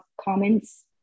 comments